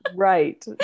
Right